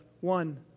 One